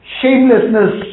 shamelessness